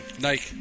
Nike